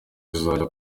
zizajya